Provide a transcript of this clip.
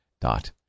dot